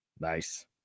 Nice